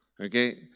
Okay